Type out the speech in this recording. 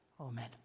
Amen